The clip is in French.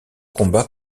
combat